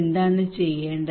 എന്താണ് ചെയ്യേണ്ടത്